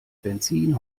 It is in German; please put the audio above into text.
benzin